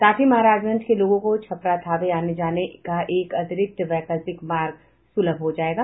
साथ ही महाराजगंज के लोगों को छपरा थावे आने जाने का एक अतिरिक्त वैकल्पिक मार्ग सुलभ हो जायेगा